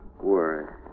worry